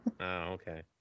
okay